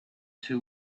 two